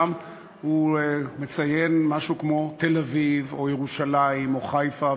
לביתם מצוין בה משהו כמו "תל-אביב" או "ירושלים" או "חיפה",